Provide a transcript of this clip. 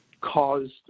caused